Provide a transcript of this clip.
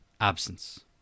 absence